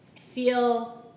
feel